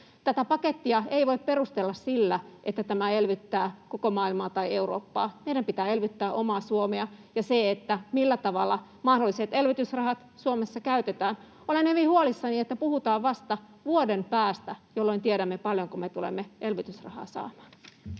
Tätä pakettia ei voi perustella sillä, että tämä elvyttää koko maailmaa tai Eurooppaa. Meidän pitää elvyttää omaa Suomea ja pohtia sitä, millä tavalla mahdolliset elvytysrahat Suomessa käytetään. Olen hyvin huolissani, että puhutaan vasta vuoden päästä, jolloin tiedämme, paljonko me tulemme elvytysrahaa saamaan.